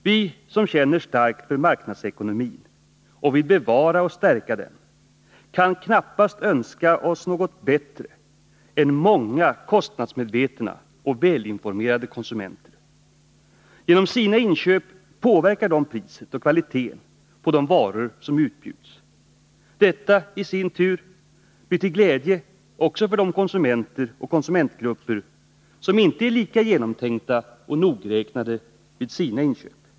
Vi som känner starkt för marknadsekonomin och vill bevara och stärka den kan knappast önska oss något bättre än många kostnadsmedvetna och välinformerade konsumenter. Genom sina inköp påverkar de priset och kvaliteten på de varor som utbjuds. Detta i sin tur blir till glädje också för de konsumenter och konsumentgrupper som inte är lika nogräknade vid sina inköp.